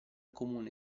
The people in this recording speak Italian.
comune